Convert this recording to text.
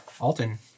Alton